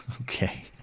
Okay